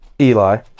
Eli